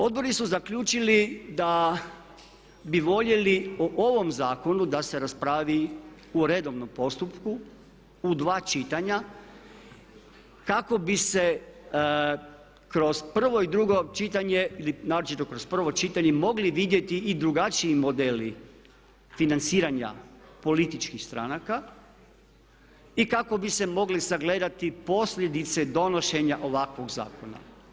Odbori su zaključili da bi voljeli o ovom zakonu da se raspravi u redovnom postupku u dva čitanja kako bi se kroz prvo i drugo čitanje ili naročito kroz prvo čitanje mogli vidjeti i drugačiji modeli financiranja političkih stranaka i kako bi se mogle sagledati posljedice donošenja ovakvog zakona.